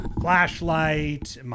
flashlight